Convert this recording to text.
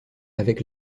avec